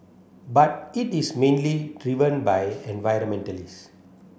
but it is mainly driven by environmentalist